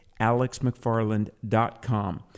alexmcfarland.com